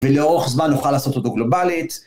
ולאורך זמן אוכל לעשות אותו גלובלית.